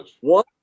One